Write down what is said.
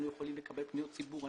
אנחנו יכולים לקבל פניות ציבור,